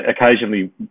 occasionally